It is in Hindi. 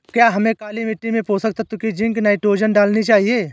क्या हमें काली मिट्टी में पोषक तत्व की जिंक नाइट्रोजन डालनी चाहिए?